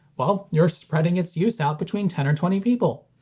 well you're spreading its use out between ten or twenty people.